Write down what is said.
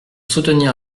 soutenir